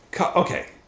okay